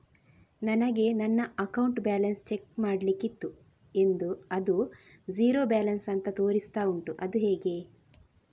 ನನಗೆ ನನ್ನ account balance check ಮಾಡ್ಲಿಕ್ಕಿತ್ತು ಅದು ಝೀರೋ ಬ್ಯಾಲೆನ್ಸ್ ಅಂತ ತೋರಿಸ್ತಾ ಉಂಟು ಅದು ಹೇಗೆ?